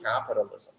capitalism